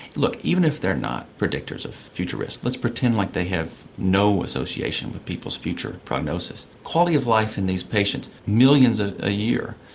look, even if they are not predictors of future risk, let's pretend like they have no association with people's future prognosis, the quality of life in these patients, millions a ah year,